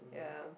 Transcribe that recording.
ya